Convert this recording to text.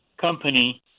company